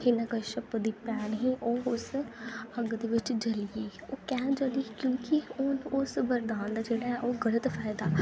हिरण्यकश्यप दी भैन ही ओह् उस अग्ग दे बिच ओह् जली एई केह् आखदे क्योंकी उस वरदान जेह्ड़ा ऐ ओह् गलत फायदा